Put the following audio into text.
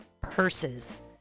purses